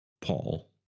paul